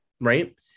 right